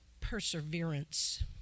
perseverance